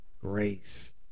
Grace